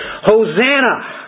Hosanna